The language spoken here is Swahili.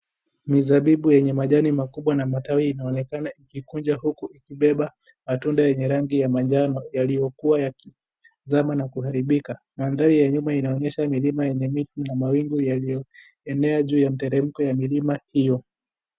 NI sabibu yenye majani makubwa na matawi inaonekana ikiwa huku kubeba matunda yenye rangi ya manjano yaliyokuwa yakizama na kuharibika. Mandhari ya nyuma inaonyesha milima yenye miti na mawingu yenye eneo juu ya mteremko ya milima hiyo.